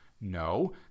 No